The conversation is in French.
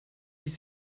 dix